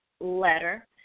letter